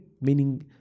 Meaning